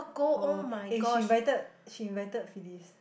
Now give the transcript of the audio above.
oh eh she invited she invited Phyllis